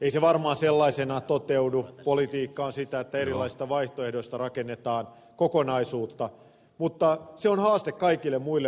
ei se varmaan sellaisenaan toteudu politiikka on sitä että erilaisista vaihtoehdoista rakennetaan kokonaisuutta mutta se on haaste kaikille muille puolueille